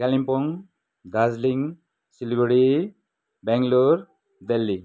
Kalimpong Darjeeling Siliguri Bangalore Delhi